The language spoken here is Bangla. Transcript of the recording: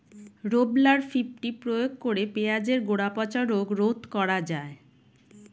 রোভরাল ফিফটি প্রয়োগ করে পেঁয়াজের গোড়া পচা রোগ রোধ করা যায়?